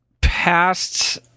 past